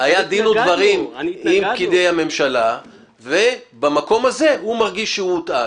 היה דין ודברים עם פקידי הממשלה ובמקום הזה הוא מרגיש שהוא הוטעה.